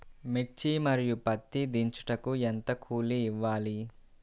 మిర్చి మరియు పత్తి దించుటకు ఎంత కూలి ఇవ్వాలి?